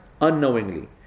unknowingly